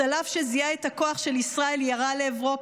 צלף שזיהה את הכוח של ישראל ירה לעברו,